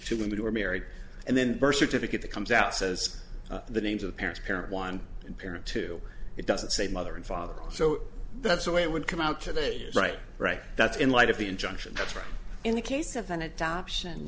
few men who are married and then birth certificate that comes out says the names of the parents parent one and parent two it doesn't say mother and father so that's the way it would come out today right right that's in light of the injunction that's right in the case of an adoption